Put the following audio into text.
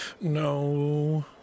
No